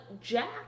Jack